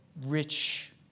rich